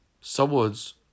Someone's